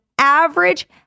average